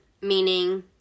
meaning